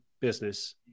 business